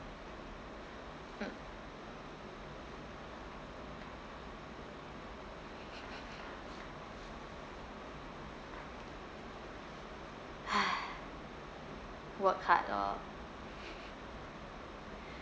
mm work hard lor